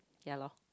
ya lor